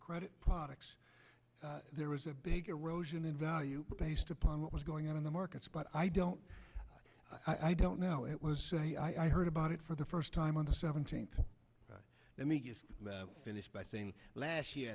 credit products there was a big erosion in value based upon what was going on in the markets but i don't i don't know it was i heard about it for the first time on the seventeenth but let me just finish by saying last year